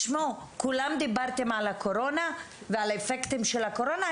כולכם דיברתם על הקורונה ועל האפקטים של הקורונה.